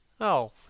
Oh